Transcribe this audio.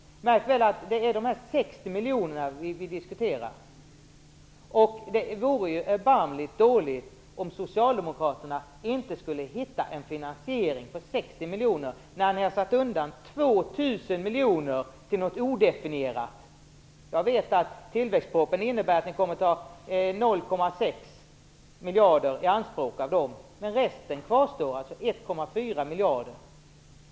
Märk väl att det är de 60 miljonerna som vi diskuterar. Det vore ju erbarmligt dåligt om ni socialdemokrater inte skulle hitta en finansiering på 60 miljoner när ni har avsatt 2 000 miljoner till något odefinierat. Jag vet att det innebär att ni av tillväxtpropositionen kommer att ta 0,6 miljarder i anspråk. Men resten kvarstår, alltså 1,4 miljarder.